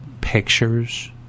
pictures